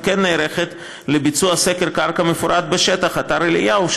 וכן נערכת לביצוע סקר קרקע מפורט בשטח אתר אליהו,